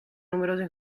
numerose